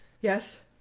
Yes